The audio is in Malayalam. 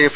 എഫ്